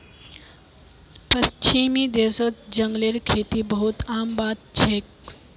पश्चिमी देशत जंगलेर खेती बहुत आम बात छेक